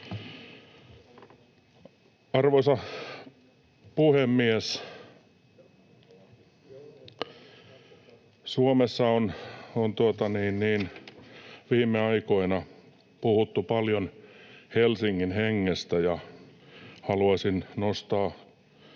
Arvoisa puhemies! Suomessa on viime aikoina puhuttu paljon Helsingin hengestä, ja haluaisin nostaa